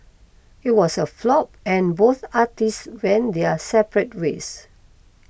it was a flop and both artists went their separate ways